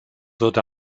wird